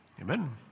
amen